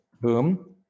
boom